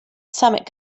summit